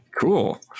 Cool